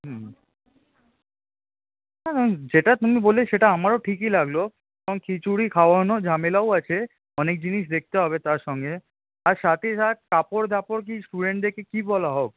হুম যেটা তুমি বললে সেটা আমারও ঠিকই লাগল কারণ খিচুড়ি খাওয়ানো ঝামেলাও আছে অনেক জিনিস দেখতে হবে তার সঙ্গে আর সাথে সাথে কাপড়ধাপর স্টুডেন্টদেরকে কি বলা হোক